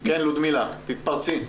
תתפרצי.